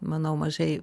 manau mažai